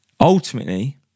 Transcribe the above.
Ultimately